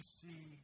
see